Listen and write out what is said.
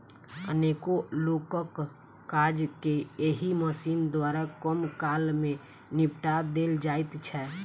अनेको लोकक काज के एहि मशीन द्वारा कम काल मे निपटा देल जाइत छै